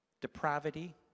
depravity